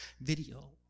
Video